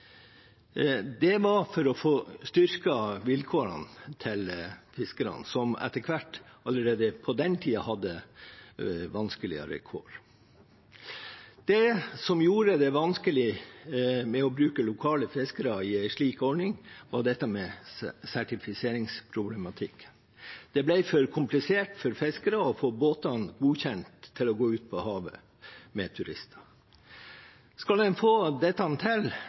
ordning, var dette med sertifiseringsproblematikken. Det ble for komplisert for fiskere å få båtene godkjent til å gå ut på havet med turister. Skal en få dette til,